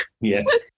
Yes